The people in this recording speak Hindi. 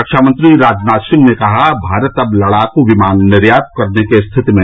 रक्षा मंत्री राजनाथ सिंह ने कहा भारत अब लड़ाकू विमान निर्यात करने की स्थिति में